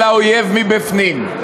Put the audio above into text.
אלא האויב מבפנים?